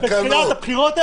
נפתח מהבוקר,